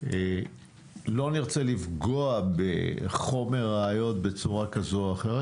לא נרצה לפגוע בחומר ראיות בצורה כזו או אחרת.